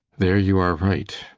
there you are right.